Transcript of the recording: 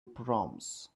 proms